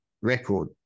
record